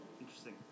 Interesting